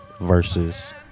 Versus